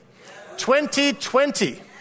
2020